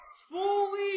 fully